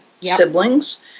siblings